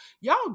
y'all